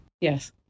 yes